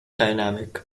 dynamic